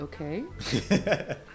okay